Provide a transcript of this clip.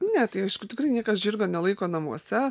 ne tai aišku tikrai niekas žirgo nelaiko namuose